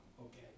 Okay